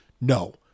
no